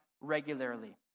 regularly